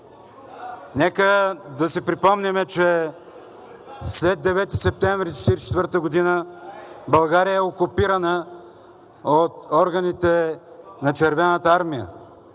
Нека да си припомним, че след 9 септември 1944 г. България е окупирана от органите на Червената армия.